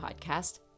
podcast